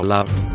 Love